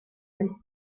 del